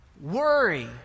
worry